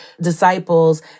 disciples